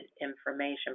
information